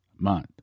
month